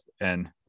and-